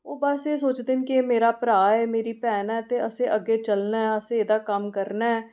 ओह् बस एह् सोचदे न कि एह् मेरा भ्राऽ ऐ मेरी भैन ऐ ते असें अग्गें चलना ऐ असें एह्दा कम्म करना ऐ